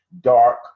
dark